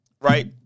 Right